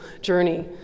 journey